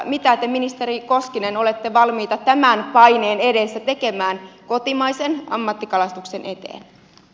mitä te ministeri koskinen olette valmis tämän paineen edessä tekemään kotimaisen ammattikalastuksen eteen